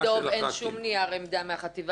אין שום נייר עמדה מהחטיבה להתיישבות.